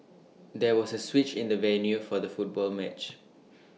there was A switch in the venue for the football match